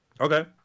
okay